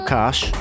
Cash